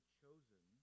chosen